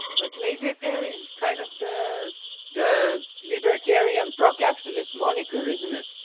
but laissez-faire is kind of the the libertarian pro-capitalist moniker isn't it?